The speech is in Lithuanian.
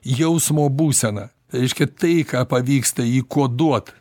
jausmo būsena reiškia tai ką pavyksta įkoduot